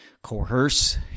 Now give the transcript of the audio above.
Coerce